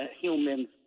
humans